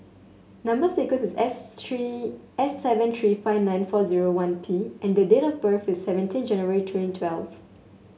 number sequence is S three S seven three five nine four one P and the date of birth is seventeen January twenty twelve